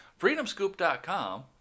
freedomscoop.com